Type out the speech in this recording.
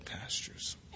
pastures